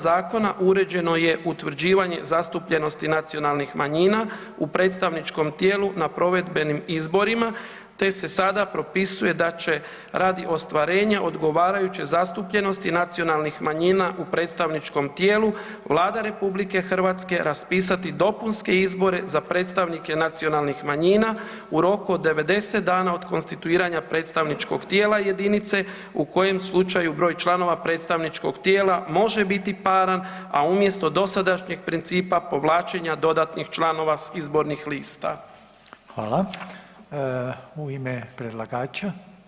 Zakona uređeno je utvrđivanje zastupljenosti nacionalnih manjina u predstavničkom tijelu na provedbenim izborima te se sada propisuje da će radi ostvarenja odgovarajuće zastupljenosti nacionalnih manjina u predstavničkom tijelu Vlada Republike Hrvatske raspisati dopunske izbore za predstavnike nacionalnih manjina u roku od 90 dana od konstituiranja predstavničkog tijela jedinice u kojem slučaju broj članova predstavničkog tijela može biti paran, a umjesto dosadašnjeg principa povlačenja dodatnih članova s izbornih lista.